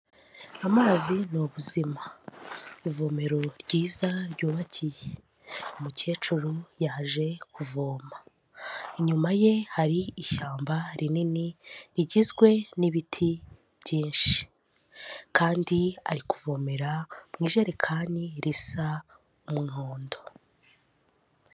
Amazi ni ubuzima, ivomero ryiza ryubakiye, umukecuru yaje kuvoma, inyuma ye hari ishyamba rinini rigizwe n'ibiti byinshi kandi ari kuvomera mu ijerekani risa umuhondo.